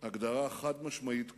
הגדרה חד-משמעית כזאת,